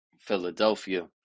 Philadelphia